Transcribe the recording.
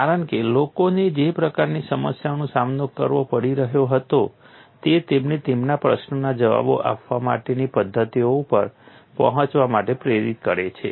કારણ કે લોકોને જે પ્રકારની સમસ્યાઓનો સામનો કરવો પડી રહ્યો હતો તે તેમને તેમના પ્રશ્નોના જવાબો આપવા માટેની પદ્ધતિઓ ઉપર પહોંચવા માટે પ્રેરિત કરે છે